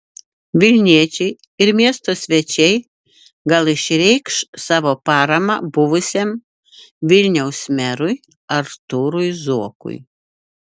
vilniečiai ir miesto svečiai gal išreikš savo paramą buvusiam vilniaus merui artūrui zuokui